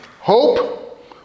Hope